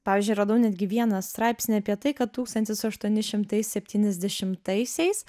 pavyzdžiui radau netgi vieną straipsnį apie tai kad tūkstantis aštuoni šimtai septyniasdešimtaisiais